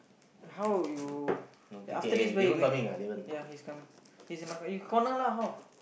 how you after this where you going ya he's coming he's in my car you corner lah how